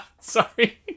sorry